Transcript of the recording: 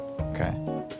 Okay